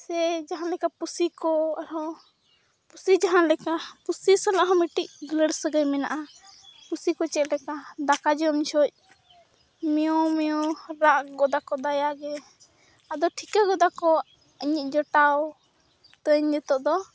ᱥᱮ ᱡᱟᱦᱟᱸ ᱞᱮᱠᱟ ᱯᱩᱥᱤ ᱠᱚ ᱟᱨᱦᱚᱸ ᱯᱩᱥᱤ ᱡᱟᱦᱟᱸ ᱞᱮᱠᱟ ᱯᱩᱥᱤ ᱥᱟᱞᱟᱜ ᱦᱚᱸ ᱢᱤᱫᱴᱤᱡ ᱫᱩᱞᱟᱹᱲ ᱥᱟᱹᱜᱟᱹᱭ ᱢᱮᱱᱟᱜᱼᱟ ᱯᱩᱥᱤ ᱠᱚ ᱪᱮᱫ ᱞᱮᱠᱟ ᱫᱟᱠᱟ ᱡᱚᱢ ᱡᱷᱚᱡ ᱢᱮᱭᱳᱣ ᱢᱮᱭᱳᱣ ᱨᱟᱜ ᱜᱚᱫᱟ ᱠᱚ ᱫᱟᱭᱟᱜᱮ ᱟᱫᱚ ᱴᱷᱤᱠᱟᱹ ᱜᱚᱫᱟ ᱠᱚ ᱤᱧᱤᱧ ᱡᱚᱴᱟᱣ ᱛᱟᱹᱧ ᱱᱤᱛᱚᱜ ᱫᱚ